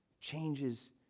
changes